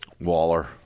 Waller